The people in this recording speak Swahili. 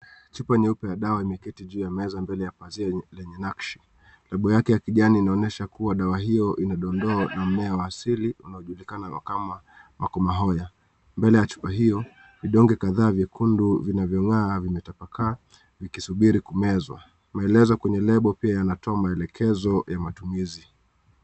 Chupa nyeupe ya dawa imeketi juu ya meza mbele ya pazia lenye naskshi. Lebo yake ya kijani inaonyesha kuwa dawa hiyo inadondoa na mmea wa asili inayojulikana kama Makumahoya. Mbele ya chupa hiyo, vidonge kadhaa vyekundu vinavyong'aa vimetapakaa vikisubiri kumezwa. Maelezo kwenye lebo pia yanatoa maelekezo ya matumizi.